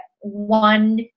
one